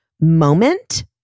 moment